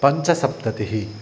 पञ्चसप्ततिः